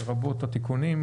לרבות התיקונים.